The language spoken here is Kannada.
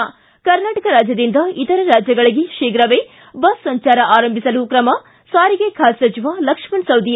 ು ಕರ್ನಾಟಕ ರಾಜ್ಯದಿಂದ ಇತರೆ ರಾಜ್ಯಗಳಿಗೆ ಶೀಘವೇ ಬಸ್ ಸಂಚಾರ ಆರಂಭಿಸಲು ಕ್ರಮ ಸಾರಿಗೆ ಖಾತೆ ಸಚಿವ ಲಕ್ಷ್ಮಣ ಸವದಿ